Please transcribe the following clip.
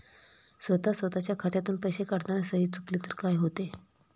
स्वतः स्वतःच्या खात्यातून पैसे काढताना सही चुकली तर काय होते?